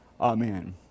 Amen